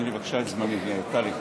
תני לי בבקשה את זמני, טלי.